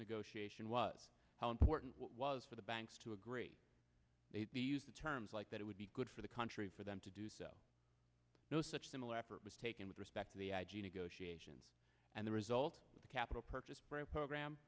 negotiation was how important it was for the banks to agree the use the terms like that it would be good for the country for them to do so no such similar effort was taken with respect to the i g negotiation and the result of the capital purchase program